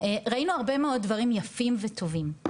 ראינו הרבה מאוד דברים יפים וטובים,